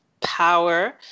power